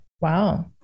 Wow